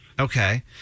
okay